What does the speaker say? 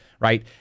Right